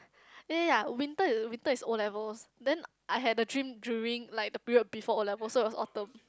ya ya ya winter winter is O-levels then I have the dream during like the period before O-level so it was Autumn